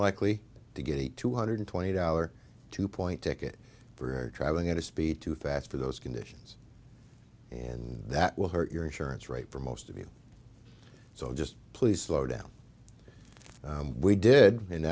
likely to get a two hundred twenty dollar two point ticket for driving at a speed too fast for those conditions and that will hurt your insurance rate for most of you so just please slow down we did and